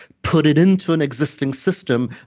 put it into an existing system,